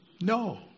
No